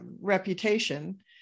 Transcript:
reputation